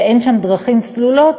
שאין שם דרכים סלולות,